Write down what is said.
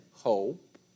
Hope